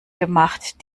gemacht